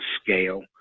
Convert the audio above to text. scale